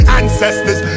ancestors